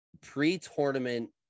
pre-tournament